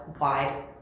wide